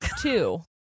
two